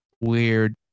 weird